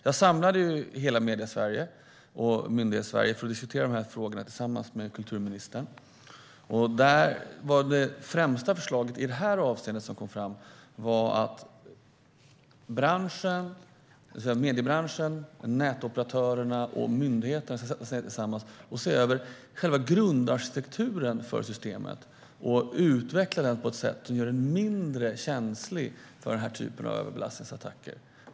Jag samlade hela Mediesverige och Myndighetssverige för att diskutera de frågorna tillsammans med kulturministern. Det främsta förslaget som kom fram i detta avseende var att mediebranschen, nätoperatörerna och myndigheterna ska sätta sig ned tillsammans och se över själva grundarkitekturen för systemet och utveckla den på ett sätt som gör den mindre känslig för den här typen av överbelastningsattacker.